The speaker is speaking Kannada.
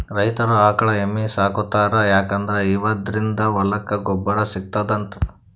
ರೈತರ್ ಆಕಳ್ ಎಮ್ಮಿ ಸಾಕೋತಾರ್ ಯಾಕಂದ್ರ ಇವದ್ರಿನ್ದ ಹೊಲಕ್ಕ್ ಗೊಬ್ಬರ್ ಸಿಗ್ತದಂತ್